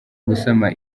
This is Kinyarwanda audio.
gusama